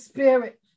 Spirit